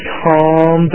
calm